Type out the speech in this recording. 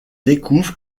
découvrent